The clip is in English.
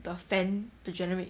the fan to generate